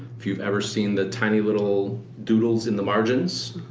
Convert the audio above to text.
if you've ever seen the tiny little doodles in the margins,